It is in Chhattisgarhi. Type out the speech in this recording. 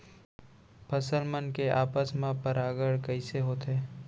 फसल मन के आपस मा परागण कइसे होथे?